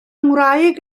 ngwraig